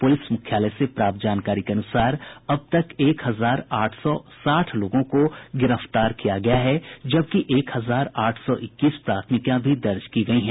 police मुख्यालय से प्राप्त जानकारी के अनुसार अब तक एक हजार आठ सौ साठ लोगों को गिरफ्तार किया गया है जबकि एक हजार आठ सौ इक्कीस प्राथमिकियां भी दर्ज की गयीं हैं